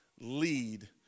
lead